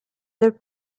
del